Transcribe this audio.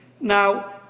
Now